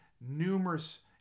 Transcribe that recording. numerous